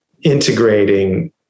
integrating